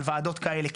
על וועדות כאלה.